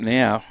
now